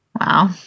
Wow